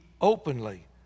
openly